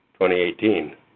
2018